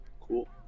cool